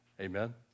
Amen